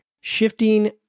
shifting